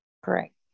Correct